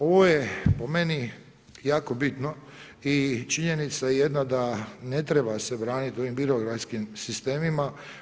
Ovo je, po meni, jako bitno i činjenica je jedna da ne treba se braniti ovim birokratskim sistemima.